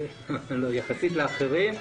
יחסית לאחרים.